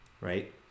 right